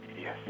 Yes